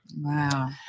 Wow